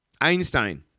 Einstein